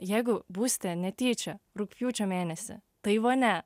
jeigu būsite netyčia rugpjūčio mėnesį taivane